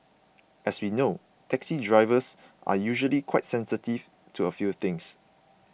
as we know taxi drivers are usually quite sensitive to a few things